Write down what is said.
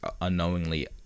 unknowingly